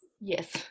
Yes